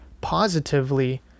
positively